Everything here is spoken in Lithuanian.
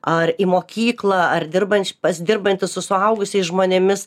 ar į mokyklą ar dirbanč pas dirbantį su suaugusiais žmonėmis